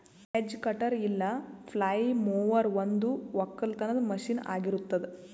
hedge cutter ಇಲ್ಲ flail mower ಒಂದು ಒಕ್ಕಲತನದ ಮಷೀನ್ ಆಗಿರತ್ತುದ್